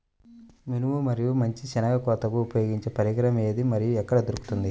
మినుము మరియు మంచి శెనగ కోతకు ఉపయోగించే పరికరం ఏది మరియు ఎక్కడ దొరుకుతుంది?